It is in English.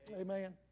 Amen